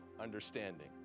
understanding